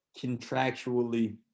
contractually